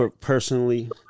personally